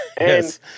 Yes